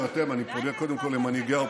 חבר הכנסת פורר, קריאה שנייה.